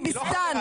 תתביישו לכם.